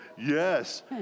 Yes